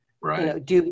Right